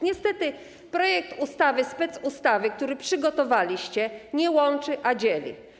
Niestety, projekt ustawy, specustawy, który przygotowaliście, nie łączy, a dzieli.